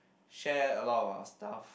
share a lot of our stuff